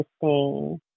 sustain